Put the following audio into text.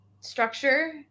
structure